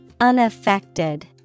Unaffected